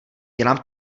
dělám